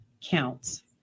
counts